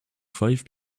five